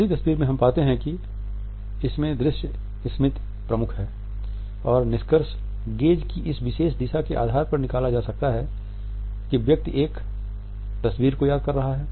पहली तस्वीर में हम पाते हैं कि इसमें दृश्य स्मृति प्रमुख है और निष्कर्ष गेज़ की इस विशेष दिशा के आधार पर निकला जा सकता है कि व्यक्ति एक तस्वीर को याद कर रहा है